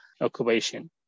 occupation